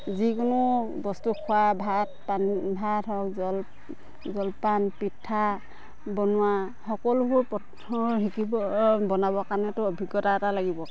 যিকোনো বস্তু খোৱা ভাত পান ভাত হওক জল জলপান পিঠা বনোৱা সকলোবোৰ প্ৰথম শিকিব বনাব কাৰণেতো অভিজ্ঞতা এটা লাগিব